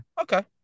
Okay